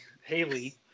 Haley